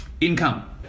Income